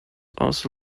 also